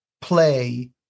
play